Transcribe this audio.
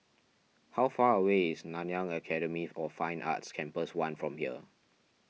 how far away is Nanyang Academy of Fine Arts Campus one from here